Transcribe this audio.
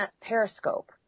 Periscope